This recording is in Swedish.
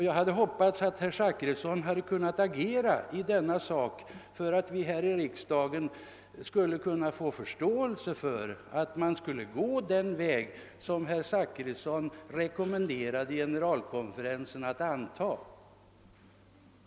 Jag hade hoppats att herr Zachrisson skulle kunnat agera för att här i riksdagen skapa förståelse för den utväg som han rekommenderade generalkonferensen att välja.